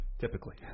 Typically